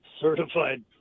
certified